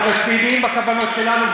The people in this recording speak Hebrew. אנחנו רציניים בכוונות שלנו,